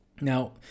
Now